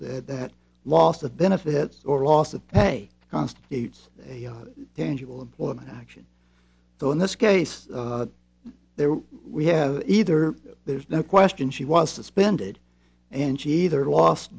said that loss of benefits or loss of pay constitutes a tangible employment action so in this case there we have either there's no question she was suspended and she either lost